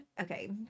okay